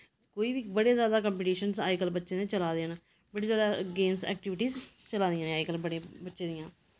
कोई बी बड़े ज्यादा कंपीटीशन्स अज्जकल बच्चें दे चला दे न बड़ी ज्यादा गेम्स ऐक्टीविटी चला दियां न अज्जकल बड़े बच्चें दियां